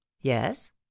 Yes